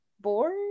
board